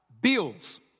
bills